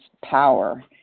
power